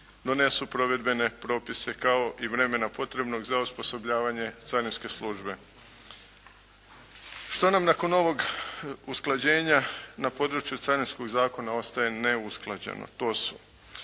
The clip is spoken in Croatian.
donesu provedbene propise kao i vremena potrebnog za osposobljavanje carinske službe. Što nam nakon ovog usklađenja na području Carinskog zakona ostaje neusklađeno? To su